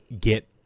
get